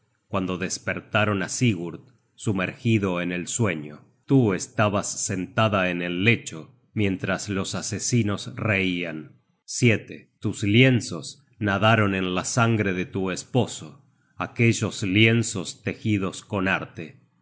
cuando despertaron á sigurd sumergido en el sueño tú estabas sentada en el lecho mientras los asesinos reian tus lienzos nadaron en la sangre de tu esposo aquellos lienzos tejidos con arte